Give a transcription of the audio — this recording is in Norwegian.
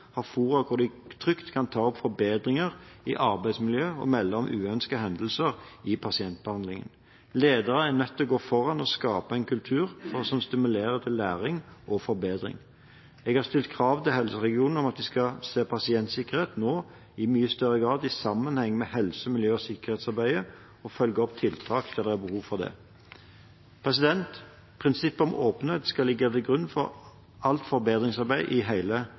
har fora hvor de trygt kan ta opp forbedringer i arbeidsmiljøet og melde om uønskede hendelser i pasientbehandlingen. Ledere er nødt til å gå foran og skape en kultur som stimulerer til læring og forbedring. Jeg har stilt krav til helseregionene om at de nå i mye større grad skal se pasientsikkerhet i sammenheng med helse-, miljø- og sikkerhetsarbeidet, og følge opp tiltak der det er behov for det. Prinsippet om åpenhet skal ligge til grunn for alt forbedringsarbeid i